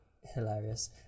hilarious